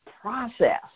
process